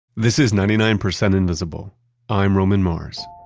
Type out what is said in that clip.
this is ninety nine percent invisible i'm roman mars